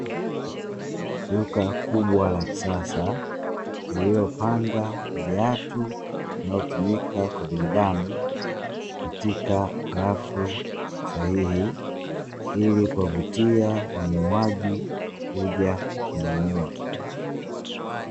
Duka kubwa la kisasa lililopanga viatu vinavyotumika kwa binadamu katika rafu sahihi, ili kuwavutia wainuaji kuja kununua.